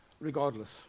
Regardless